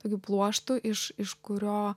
tokiu pluoštu iš iš kurio